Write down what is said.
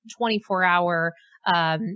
24-hour